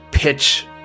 Pitch